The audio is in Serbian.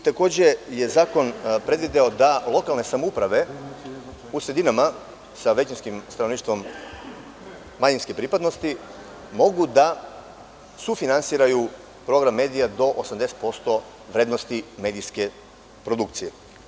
Takođe, zakon je predvideo da lokalne samouprave u sredinama sa većinskim stanovništvom manjinske pripadnosti mogu da sufinansiraju program medija do 80% vrednosti medijske produkcije.